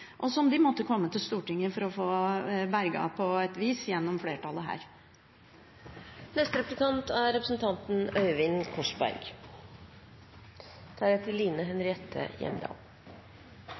og som de måtte komme til Stortinget for å få berget, på et vis, gjennom flertallet her. Representanten